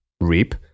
reap